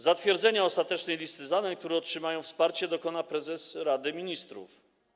Zatwierdzenia ostatecznej listy zadań, które otrzymają wsparcie, dokona prezes Rady Ministrów.